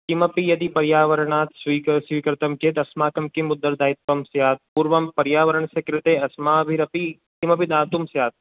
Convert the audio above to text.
किमपि यदि पर्यावरणात् स्वीकृर्तं चेत् अस्माकं कथम् उत्तरदायित्वां स्यात् पूर्वं पर्यावरणास्य कृते अस्माभिरपि किमपि दातुं स्यात्